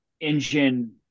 Engine